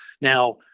Now